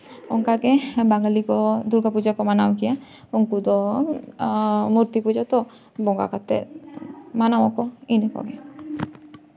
ᱚᱱᱠᱟᱜᱮ ᱵᱟᱝᱜᱟᱞᱤ ᱠᱚ ᱫᱩᱨᱜᱟᱹᱯᱩᱡᱟ ᱠᱚ ᱢᱟᱱᱟᱣ ᱜᱮᱭᱟ ᱩᱱᱠᱩ ᱫᱚ ᱢᱩᱨᱛᱤ ᱯᱩᱡᱟᱹ ᱛᱚ ᱵᱚᱸᱜᱟ ᱠᱟᱛᱮᱫ ᱢᱟᱱᱟᱣ ᱟᱠᱚ ᱤᱱᱟᱹ ᱠᱚᱜᱮ